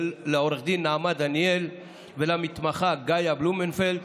לעו"ד נעמה דניאל ולמתמחה גאיה בלומנפלד,